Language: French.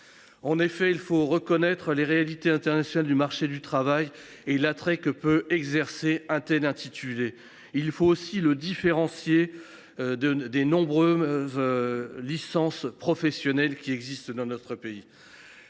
En effet, il faut reconnaître les réalités internationales du marché du travail et l’attrait que peut exercer un tel intitulé. Il faut aussi différencier cette formation des nombreuses licences professionnelles qui existent dans notre pays.